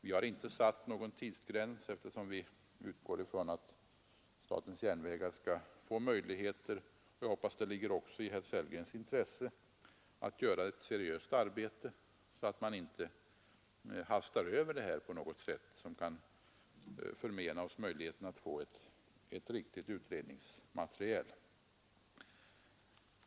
Vi har inte satt någon tidsgräns, eftersom vi utgår ifrån att statens järnvägar skall få tillfälle — jag hoppas att det ligger också i herr Sellgrens intresse — att göra ett seriöst arbete, så att man inte hastar över det här på något sätt som kan förmena oss möjligheten att få ett riktigt utredningsmaterial.